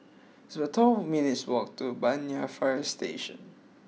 it's about twelve minutes' walk to Banyan Fire Station